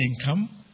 income